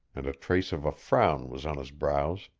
and a trace of a frown was on his brows.